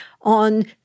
on